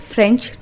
French